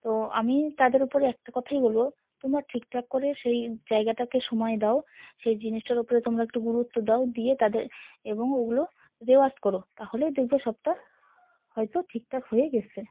তো আমি তাদের উপরে একটা কথাই বলবো তোমরা ঠিকঠাক করে সেই জায়গাটাকে সময় দাও সেই জিনিসটার ও উপরে তোমরা একটু গুরুত্ব দাও দিয়ে তাদের এবং ওগুলো রেওয়াজ করো তাহলেই দেখবে সবটা হয়তো ঠিকঠাক হয়ে গেছে